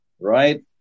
Right